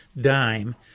dime